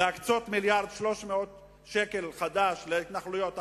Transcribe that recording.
להקצות מיליארד ו-300 מיליון ש"ח להתנחלויות החדשות,